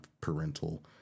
parental